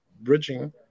bridging